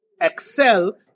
excel